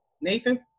Nathan